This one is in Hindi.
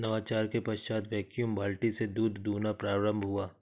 नवाचार के पश्चात वैक्यूम बाल्टी से दूध दुहना प्रारंभ हुआ